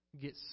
get